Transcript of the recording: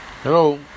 Hello